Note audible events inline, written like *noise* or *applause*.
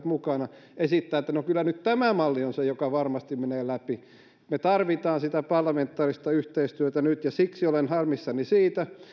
*unintelligible* mukana esittää että kyllä nyt tämä malli on se joka varmasti menee läpi me tarvitsemme sitä parlamentaarista yhteistyötä nyt ja siksi olen harmissani siitä